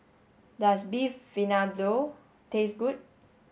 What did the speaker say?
does Beef Vindaloo taste good